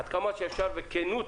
עד כמה שאפשר בכנות.